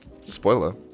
Spoiler